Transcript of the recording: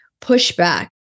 pushback